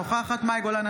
אינה נוכחת מאי גולן,